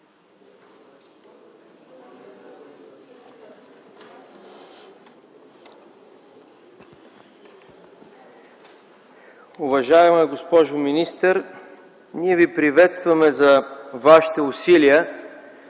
Уважаема госпожо министър, ние Ви приветстваме за Вашите усилия,